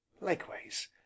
likewise